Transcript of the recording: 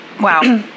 Wow